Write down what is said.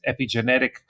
epigenetic